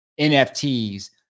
NFTs